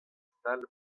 stal